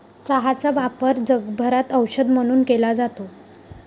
चहाचा वापर जगभरात औषध म्हणून केला जातो